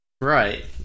Right